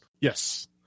Yes